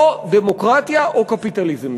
או דמוקרטיה או קפיטליזם,